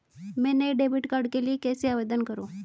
मैं नए debit card के लिए कैसे आवेदन करूं?